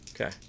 Okay